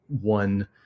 one